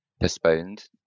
postponed